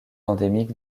endémique